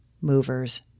movers